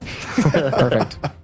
Perfect